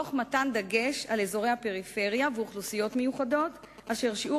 תוך מתן דגש על אזורי הפריפריה ואוכלוסיות מיוחדות אשר שיעור